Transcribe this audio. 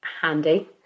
Handy